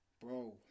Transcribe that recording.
bro